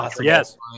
Yes